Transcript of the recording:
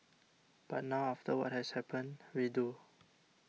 but now after what has happened we do